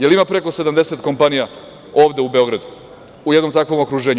Jel ima preko 70 kompanija ovde u Beogradu u jednom takvom okruženju?